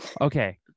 Okay